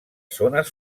zones